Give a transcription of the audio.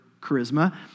charisma